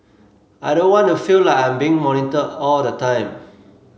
I don't want to feel like I'm being monitored all the time